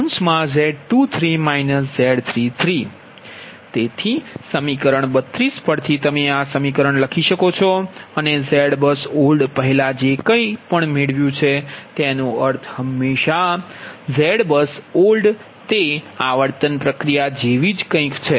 તેથી સમીકરણ 32 પર થી તમે આ સમીકરણ લખી શકો છો અને ZBUSOLD પહેલા જે કંઈ પણ મેળવ્યું છે તેનો અર્થ હંમેશાં ZBUSOLD તે આવર્તન પ્રક્રિયા જેવી જ કંઈક છે